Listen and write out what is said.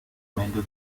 meglio